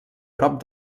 prop